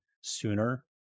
sooner